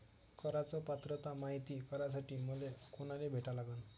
कराच पात्रता मायती करासाठी मले कोनाले भेटा लागन?